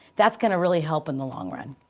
that's going to really help in the long run.